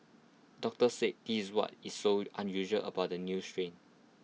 doctors said this is what is so unusual about the new strain